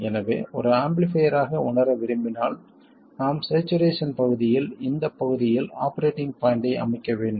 எனவே ஒரு ஆம்பிளிஃபைர் ஆக உணர விரும்பினால் நாம் சேச்சுரேசன் பகுதியில் இந்த பகுதியில் ஆபரேட்டிங் பாய்ண்ட்டை அமைக்க வேண்டும்